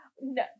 no